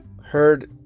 heard